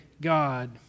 God